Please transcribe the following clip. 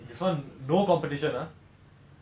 like no like desserts